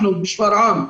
לנו בשפרעם,